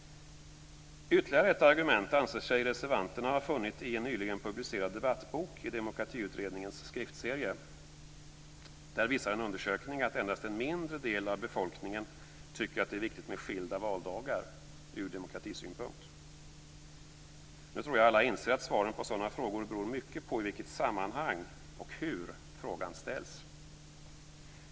Ytterligare ett argument anser sig reservanterna ha funnit i en nyligen publicerad debattbok i Demokratiutredningens skriftserie. Där visar en undersökning att endast en mindre del av befolkningen tycker att skilda valdagar är viktigt ur demokratisynpunkt. Jag tror att alla inser att svaren på sådana frågor beror mycket på i vilket sammanhang och hur frågan ställs.